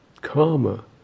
Karma